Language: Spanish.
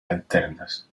alternas